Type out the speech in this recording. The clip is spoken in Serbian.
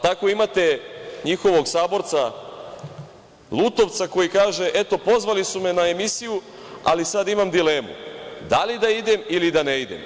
Tako imate njihovog saborca Lutovca koji kaže: „Eto, pozvali su me na emisiju, ali sada imam dilemu da li da idem ili da ne idem.